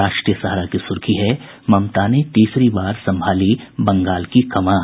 राष्ट्रीय सहारा की सुर्खी है ममता ने तीसरी बार संभाली बंगाल की कमान